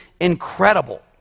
incredible